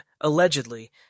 allegedly